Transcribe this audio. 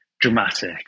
dramatic